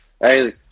hey